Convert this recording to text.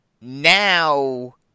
Now